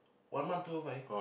one month two o five